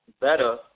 better